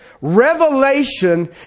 Revelation